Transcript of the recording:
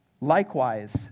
Likewise